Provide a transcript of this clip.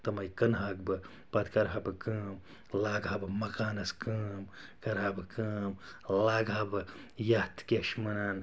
تِمٔے کٕنہٕ ہاکھ بہٕ پَتہٕ کَرٕ ہا بہٕ کٲم لاگہٕ ہا بہٕ مَکانَس کٲم کَرٕ ہا بہٕ کٲم لاگہٕ ہا بہٕ یَتھ کیٛاہ چھِ وَنان